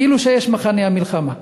כאילו שיש מחנה המלחמה.